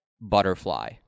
butterfly